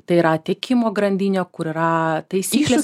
tai yra tiekimo grandinė kur yra taisyklės